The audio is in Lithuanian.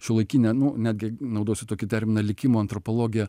šiuolaikinė nu netgi naudosiu tokį terminą likimo antropologija